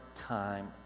time